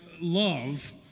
love